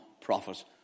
prophets